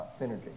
synergy